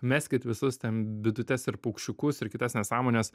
meskit visus ten bitutes ir paukščiukus ir kitas nesąmones